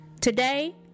Today